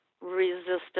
resistance